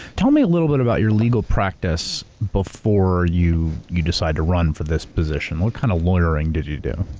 tell me a little bit about your legal practice before you you decided to run for this position. what kind of lawyering did you do?